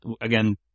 again